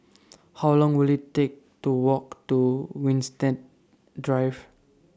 How Long Will IT Take to Walk to Winstedt Drive